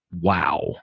Wow